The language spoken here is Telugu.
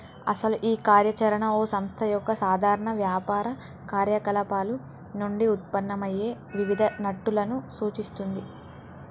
అసలు ఈ కార్య చరణ ఓ సంస్థ యొక్క సాధారణ వ్యాపార కార్యకలాపాలు నుండి ఉత్పన్నమయ్యే వివిధ నట్టులను సూచిస్తుంది